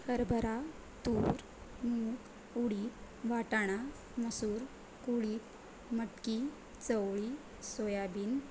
हरभरा तूर मूग उडीद वाटाणा मसूर कुळीथ मटकी चवळी सोयाबीन